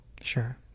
Sure